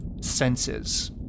senses